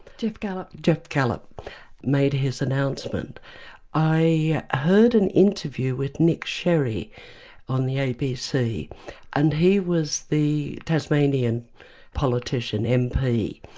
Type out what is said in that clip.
geoff gallop. geoff gallop made his announcement i heard an interview with nick sherry on the abc and he was the tasmanian politician, mp,